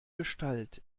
gestalt